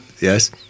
Yes